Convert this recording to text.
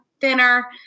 thinner